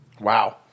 Wow